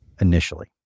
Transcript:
initially